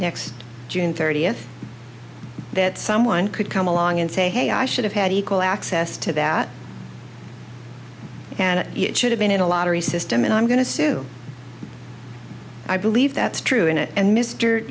next june thirtieth that someone could come along and say hey i should have had equal access to that and it should have been in a lottery system and i'm going to sue i believe that's true and and mr